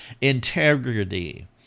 integrity